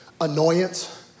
annoyance